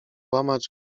łamać